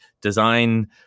design